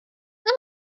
how